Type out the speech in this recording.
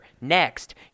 next